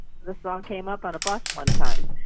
the song came up on a bus one time,